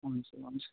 हुन्छ हुन्छ